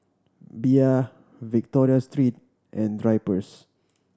Bia Victoria Secret and Drypers